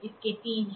इसके तीन हैं